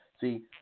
See